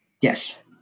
Yes